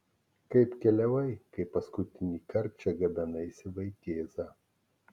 kaip keliavai kai paskutinįkart čia gabenaisi vaikėzą